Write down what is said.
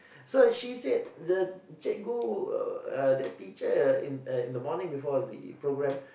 so she said the cikgu uh uh the teacher in uh in the morning before the programme